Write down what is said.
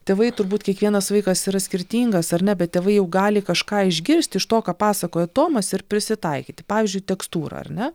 tėvai turbūt kiekvienas vaikas yra skirtingas ar ne bet tėvai jau gali kažką išgirsti iš to ką pasakojo tomas ir prisitaikyti pavyzdžiui tekstūra ar ne